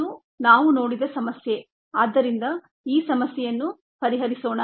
ಇದು ನಾವು ನೋಡಿದ ಸಮಸ್ಯೆ ಆದ್ದರಿಂದ ಈ ಸಮಸ್ಯೆಯನ್ನು ಪರಿಹರಿಸೋಣ